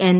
N